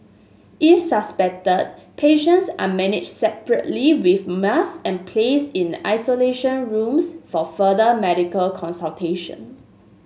if suspected patients are managed separately with and placed in isolation rooms for further medical consultation